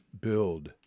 build